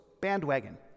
bandwagon